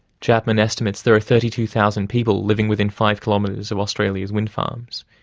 chapman estimates there are thirty two thousand people living within five kilometres of australia's wind farms.